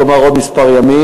כלומר עוד כמה ימים,